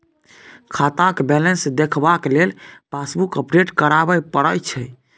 खाताक बैलेंस देखबाक लेल पासबुक अपडेट कराबे परय छै